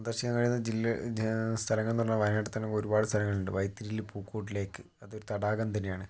സന്ദർശിക്കാൻ കഴിയുന്ന ജില്ല സ്ഥലങ്ങൾ എന്ന് പറഞ്ഞാൽ വയനാട്ടിൽ തന്നെ ഒരുപാട് സ്ഥലങ്ങളുണ്ട് വൈത്തിരില് പൂക്കോട്ട് ലേക്ക് അത് ഒരു തടാകം തന്നെയാണ്